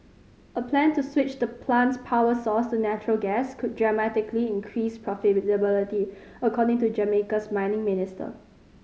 a plan to switch the plant's power source to natural gas could dramatically increase profitability according to Jamaica's mining minister